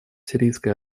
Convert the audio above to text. сирийской